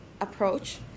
approach